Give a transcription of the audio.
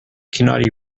cannot